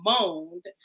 moaned